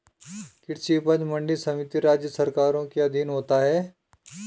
कृषि उपज मंडी समिति राज्य सरकारों के अधीन होता है